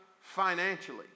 financially